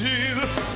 Jesus